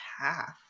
half